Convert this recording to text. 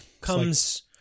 comes